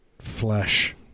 flesh